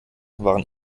waren